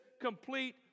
complete